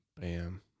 Bam